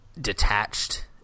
detached